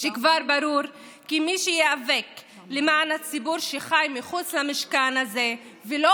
ברור כי מי שייאבק למען הציבור שחי מחוץ למשכן הזה ולא